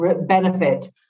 benefit